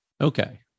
Okay